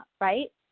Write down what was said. right